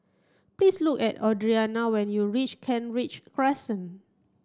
please look at Audriana when you reach Kent Ridge Crescent